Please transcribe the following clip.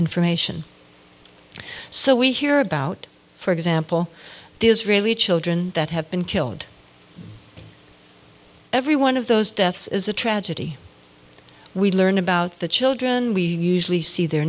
information so we hear about for example the israeli children that have been killed every one of those deaths is a tragedy we learn about the children we usually see their